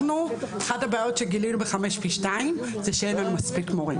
אחת הבעיות שגילינו בחמש פי שניים זה שאין לנו מספיק מורים.